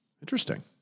Interesting